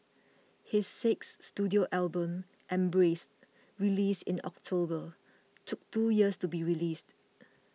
his sixth studio album Embrace released in October took two years to be released